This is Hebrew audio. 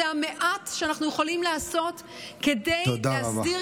זה המעט שאנחנו יכולים לעשות כדי להסדיר